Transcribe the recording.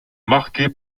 marquée